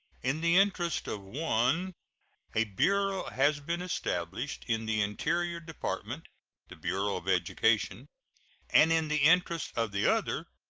in the interest of one a bureau has been established in the interior department the bureau of education and in the interest of the other,